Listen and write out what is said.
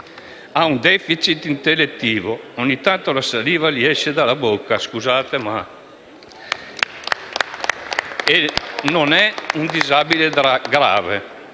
ha un *deficit* intellettivo, ogni tanto la saliva gli esce dalla bocca ed è un disabile grave.